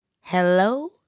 Hello